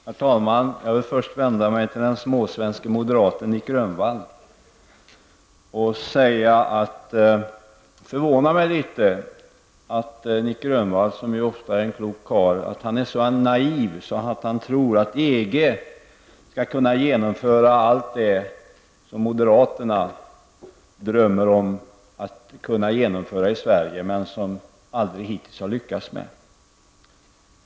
Herr talman! Jag vill först vända mig till den småsvenske moderaten Nic Grönvall. Det förvånar mig litet att Nic Grönvall, som ju ofta är en klok karl, är så naiv att han tror att EG skall kunna genomföra allt det som moderaterna drömmer om att kunna genomföra i Sverige men som man aldrig hittills har lyckats med.